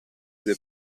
due